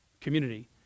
Community